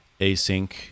async